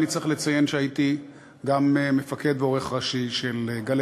אני צריך לציין שהייתי גם מפקד ועורך ראשי של "גלי